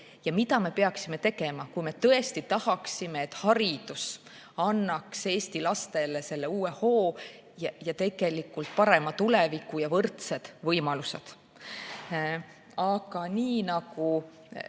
ja mida me peaksime tegema, kui me tõesti tahaksime, et haridus annaks Eesti lastele uue hoo ja tegelikult parema tuleviku ja võrdsed võimalused. Tõesti, ma